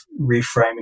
reframing